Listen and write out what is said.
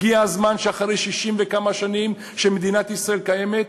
הגיע הזמן אחרי 60 וכמה שנים שמדינת ישראל קיימת,